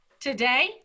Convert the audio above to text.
Today